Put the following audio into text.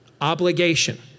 obligation